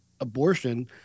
abortion